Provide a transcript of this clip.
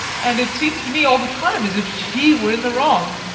and it seems to me all the time as if she were in the wrong